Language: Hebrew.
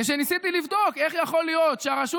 כשניסיתי לבדוק איך יכול להיות שהרשות